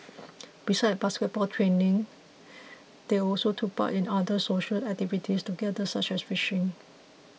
besides basketball training they also took part in other social activities together such as fishing